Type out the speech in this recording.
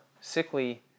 sickly